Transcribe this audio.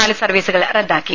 നാല് സർവീസുകൾ റദ്ദാക്കി